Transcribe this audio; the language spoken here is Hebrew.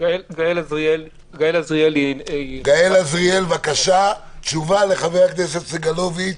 גאל אזריאל, בבקשה, תשובה לחבר הכנסת סגלוביץ'